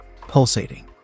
pulsating